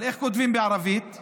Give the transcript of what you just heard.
אבל איך כותבים בערבית?